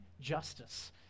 justice